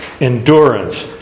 endurance